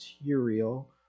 material